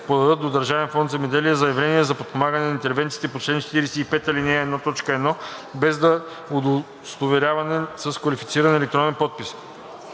подадат до Държавен фонд „Земеделие“ заявление за подпомагане по интервенциите по чл. 52, ал. 1, т. 1 и без удостоверяване с квалифициран електронен подпис.